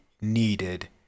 needed